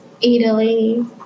Italy